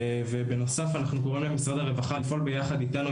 בנוסף אנחנו קוראים למשרד הרווחה לפעול ביחד אתנו,